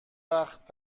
وقت